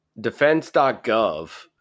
defense.gov